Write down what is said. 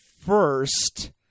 first